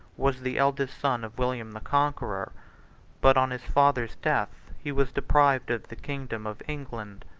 was the eldest son of william the conqueror but on his father's death he was deprived of the kingdom of england,